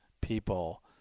people